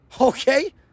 Okay